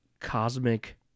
Cosmic